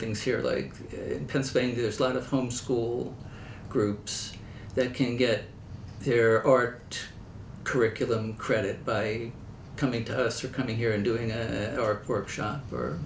things here like in pennsylvania is lot of home school groups that can get there or curriculum credit by coming to us or coming here and doing your workshop for